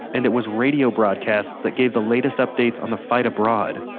and it was radio broadcasts that gave the latest updates on the fight abroad.